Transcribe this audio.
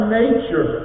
nature